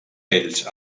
ells